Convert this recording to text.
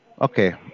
Okay